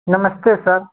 नमस्ते सर